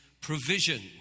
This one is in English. provision